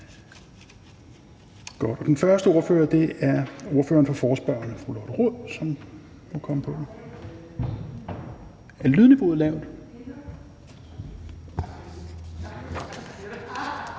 Den første ordfører er ordføreren for forespørgerne, fru Lotte Rod. Værsgo. Kl.